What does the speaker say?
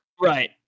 right